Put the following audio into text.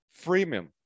freemium